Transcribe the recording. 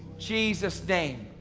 jesus name.